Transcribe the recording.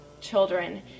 children